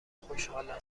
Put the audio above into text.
خوشحالم